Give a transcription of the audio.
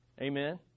Amen